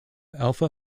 alpha